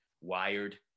wired